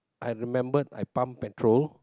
I remembered I pump petrol